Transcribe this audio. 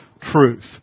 truth